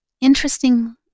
interesting